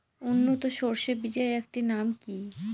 উন্নত সরষে বীজের একটি নাম কি?